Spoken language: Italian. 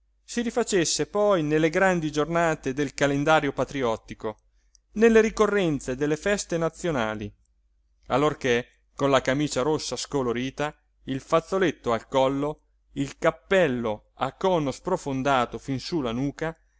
si rifacesse poi nelle grandi giornate del calendario patriottico nelle ricorrenze delle feste nazionali allorché con la camicia rossa scolorita il fazzoletto al collo il cappello a cono sprofondato fin su la nuca